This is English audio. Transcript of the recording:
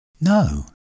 No